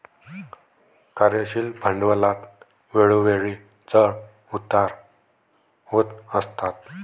कार्यशील भांडवलात वेळोवेळी चढ उतार होत असतात